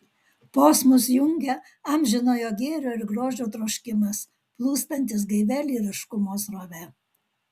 posmus jungia amžinojo gėrio ir grožio troškimas plūstantis gaivia lyriškumo srove